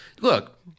look